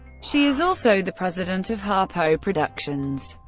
she is also the president of harpo productions.